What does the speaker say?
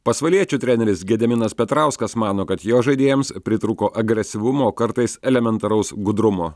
pasvaliečių treneris gediminas petrauskas mano kad jo žaidėjams pritrūko agresyvumo kartais elementaraus gudrumo